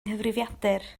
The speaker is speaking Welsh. nghyfrifiadur